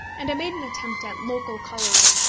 and i made an attempt at local colouring,